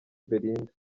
belinda